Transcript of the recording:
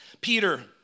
Peter